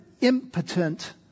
impotent